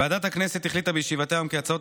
ועדת הכנסת החליטה בישיבתה היום כי הצעות